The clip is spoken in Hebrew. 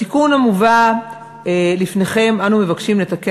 בתיקון המובא לפניכם אנו מבקשים לתקן